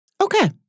Okay